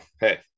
hey